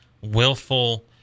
willful